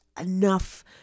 enough